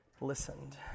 listened